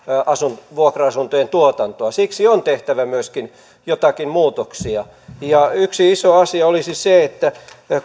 vuokra asuntojen tuotantoa siksi on tehtävä myöskin joitakin muutoksia yksi iso asia olisi se että koko